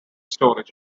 storage